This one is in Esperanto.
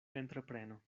entrepreno